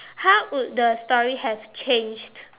how would the story have changed